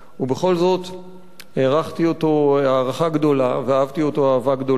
ובכל זאת הערכתי אותו הערכה גדולה ואהבתי אותו אהבה גדולה.